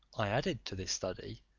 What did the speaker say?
i added to this study,